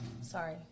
sorry